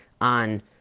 on